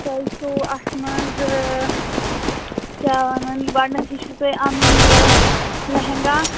تۄہہِ چھُو اَتھ منٛز کیٛاہ وَنان گۄڈنٮ۪تھٕے چھُ تۄہہِ اَنُن یہِ لہنٛگا